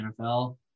NFL